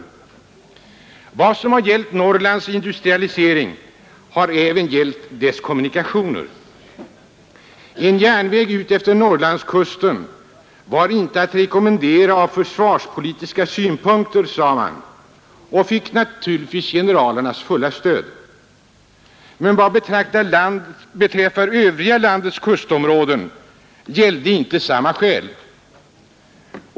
IE Vad som gällt Norrlands industrialisering har även gällt dess kommunikationer. En järnväg utefter Norrlandskusten var inte att rekommendera från försvarspolitiska synpunkter, sade man, och fick naturligtvis generalernas fulla stöd. Men vad landets övriga kustområden beträffar gäller inte samma skäl.